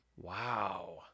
Wow